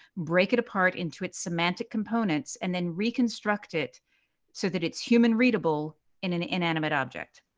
break it apart into its semantic components, and then reconstruct it so that it's human readable in an inanimate object.